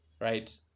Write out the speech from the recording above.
right